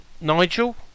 Nigel